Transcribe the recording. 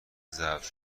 ضبط